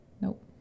Nope